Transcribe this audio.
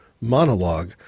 monologue